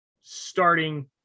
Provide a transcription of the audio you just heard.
starting